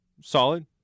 solid